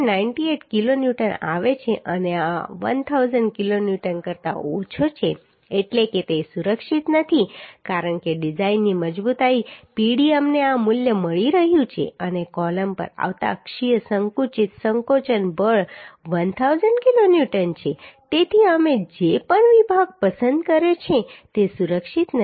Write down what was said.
98 kilonewton આવે છે અને આ 1000 કિલોન્યૂટન કરતાં ઓછો છે એટલે કે તે સુરક્ષિત નથી કારણ કે ડિઝાઇનની મજબૂતાઈ Pd અમને આ મૂલ્ય મળી રહ્યું છે અને કૉલમ પર આવતા અક્ષીય સંકુચિત સંકોચન બળ 1000 કિલોન્યુટન છે તેથી અમે જે પણ વિભાગ પસંદ કર્યો છે તે સુરક્ષિત નથી